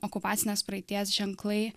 okupacinės praeities ženklai